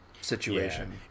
situation